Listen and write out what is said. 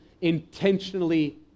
intentionally